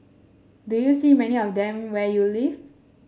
do you see many of them where you live